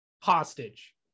hostage